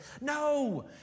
No